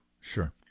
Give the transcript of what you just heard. Sure